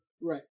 right